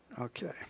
Okay